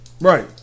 Right